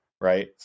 Right